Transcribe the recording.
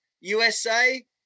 USA